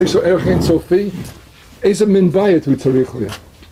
איזה ערך אינסופי, איזה מין בית הוא צריך